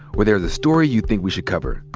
or there's a story you think we should cover,